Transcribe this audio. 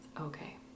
Okay